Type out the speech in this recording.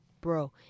bro